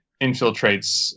infiltrates